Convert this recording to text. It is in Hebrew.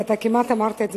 כי אתה כמעט אמרת את זה,